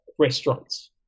restaurants